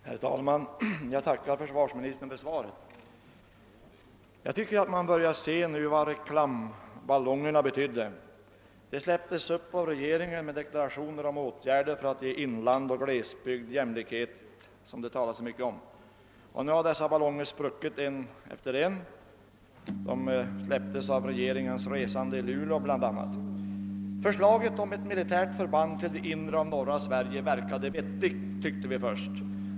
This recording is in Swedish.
Herr talman! Jag tackar försvarsministern för svaret. Jag tycker att man nu börjar se vad reklamballongerna betydde. De släpptes upp av regeringen med deklarationer om åtgärder för att ge inland och glesbygd den jämlikhet som det talas så mycket om. De ballongerna har nu spruckit en efter en, ballonger som släpptes upp bl.a. av regeringens resande till Luleå och andra orter. Förslaget om ett militärt förband till det inre av norra Sverige tyckte vi först verkade vettigt.